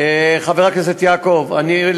חבר הכנסת יעקב אשר,